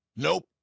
nope